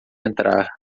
entrar